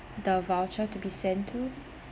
the voucher to be sent to